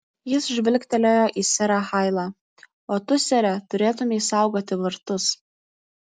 jis žvilgtelėjo į serą hailą o tu sere turėtumei saugoti vartus